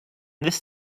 this